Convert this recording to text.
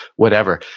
whatever.